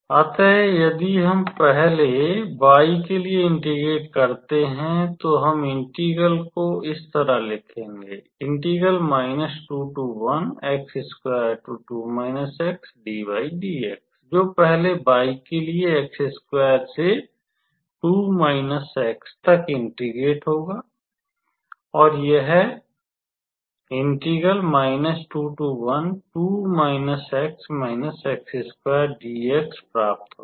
अतः यदि हम पहले y के लिए इंटीग्रेट करते हैं तो हम इंटीग्रेल को इस तरह लिखेंगे जोकि पहले y के लिए से 2−x तक इंटीग्रेट होगा और यह प्राप्त होगा